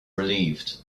relieved